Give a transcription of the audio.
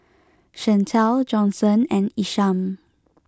Shantel Johnson and Isham